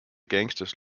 gangsters